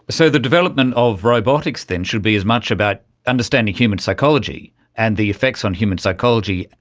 so the development of robotics then should be as much about understanding human psychology and the effects on human psychology,